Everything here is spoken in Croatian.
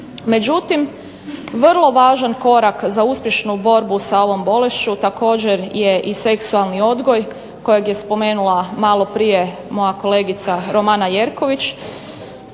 Međutim, vrlo važan korak za uspješnu borbu sa ovom bolešću također je i seksualni odgoj kojeg je spomenula malo prije moja kolegica Romana Jerković